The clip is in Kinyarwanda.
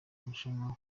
barushanwa